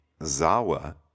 Zawa